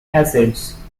acids